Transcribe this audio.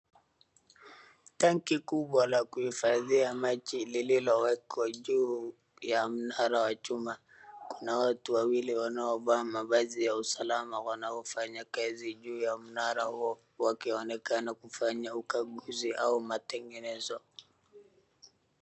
Tangi kubwa la kuifadhia maji lililowekwa juu ya mnara wa chuma, kuna watu wawili wanaovaa mavazi ya usalama wanaofanya kazi juu ya mnara huo wanaonekana kufanya ukaguzi au matengenezo.